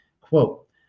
quote